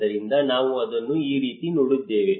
ಆದ್ದರಿಂದ ನಾವು ಅದನ್ನು ಈ ರೀತಿ ನೋಡಿದ್ದೇವೆ